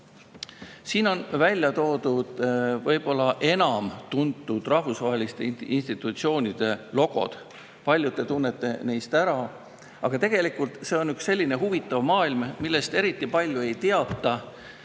on välja toodud võib-olla enam tuntud rahvusvaheliste institutsioonide logod. Paljud neist te tunnete ära, aga tegelikult on see üks selline huvitav maailm, millest eriti palju ei teata